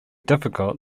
difficult